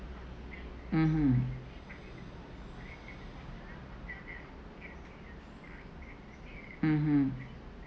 mmhmm mmhmm